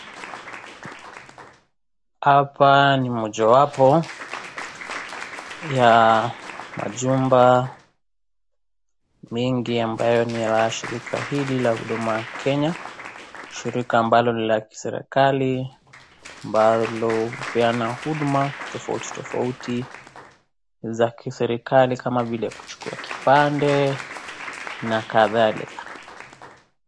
Hapa ni moja wapo ya majumba mengi ambayo ni la shirika hili la Huduma Kenya , shirika ambalo ni la kiserekali ambalo hupeana huduma tofauti tofauti za kiserekali kama vile kuchukua kipande na kadhalika.